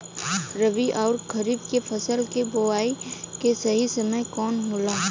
रबी अउर खरीफ के फसल के बोआई के सही समय कवन होला?